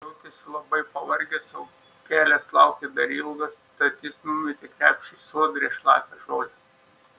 jautėsi labai pavargęs o kelias laukė dar ilgas tad jis numetė krepšį į sodrią šlapią žolę